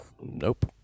nope